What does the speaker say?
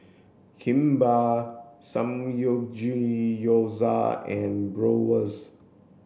Kimbap Samgeyopsal and Bratwurst